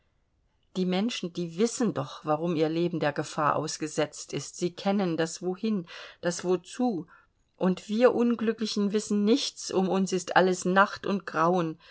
die menschen die wissen doch warum ihr leben der gefahr ausgesetzt ist sie kennen das wohin das wozu und wir unglücklichen wissen nichts um uns ist alles nacht und grauen